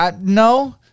No